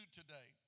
today